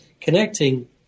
connecting